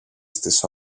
στις